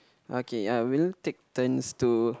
okay ya we'll take turns to